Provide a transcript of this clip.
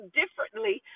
differently